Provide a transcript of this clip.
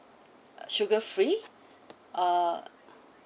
uh sugar free uh